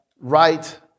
right